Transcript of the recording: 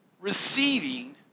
receiving